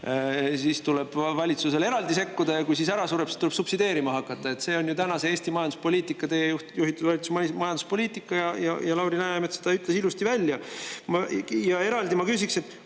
siis tuleb valitsusel eraldi sekkuda, ja kui siis ära sureb, tuleb subsideerima hakata. See on ju Eesti tänane majanduspoliitika, teie juhitud valitsuse majanduspoliitika. Ja Lauri Läänemets ütles selle ilusti välja. Eraldi ma küsiksin, et